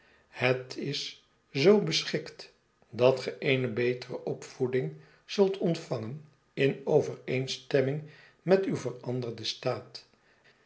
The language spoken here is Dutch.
het is zoo beschikt dat ge eene betere opvoeding zuit ontvangen in overeenstemming met uw veranderden staat